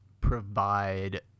provide